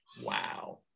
Wow